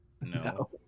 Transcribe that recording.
No